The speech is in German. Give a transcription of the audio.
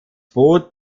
boot